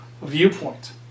viewpoint